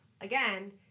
again